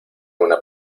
una